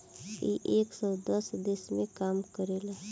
इ एक सौ दस देश मे काम करेला